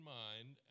mind